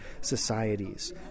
societies